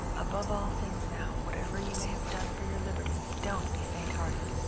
above all things, now, whatever you may have done for your liberty, don't be fainthearted.